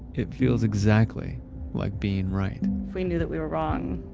it feels exactly like being right. if we knew that we were wrong,